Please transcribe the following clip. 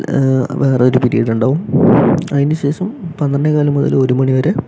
വേറൊരു പിരീഡുണ്ടാവും അതിനു ശേഷം പന്ത്രണ്ടേകാൽ മുതൽ ഒരു മണിവരെ